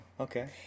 Okay